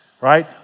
right